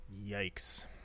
Yikes